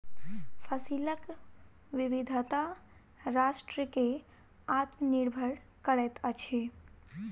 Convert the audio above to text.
फसिलक विविधता राष्ट्र के आत्मनिर्भर करैत अछि